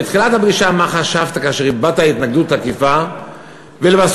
בתחילת הפגישה: מה חשבת כאשר הבעת התנגדות תקיפה ולבסוף,